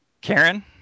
Karen